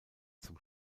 zum